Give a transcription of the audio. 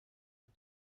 for